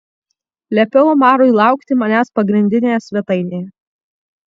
liepiau omarui laukti manęs pagrindinėje svetainėje